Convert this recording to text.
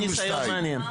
זה יהיה ניסיון מעניין.